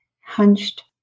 hunched